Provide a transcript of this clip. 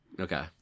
okay